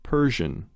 Persian